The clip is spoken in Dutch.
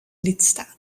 lidstaten